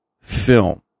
film